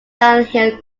downhill